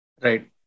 Right